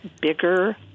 bigger